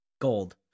Gold